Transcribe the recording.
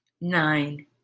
nine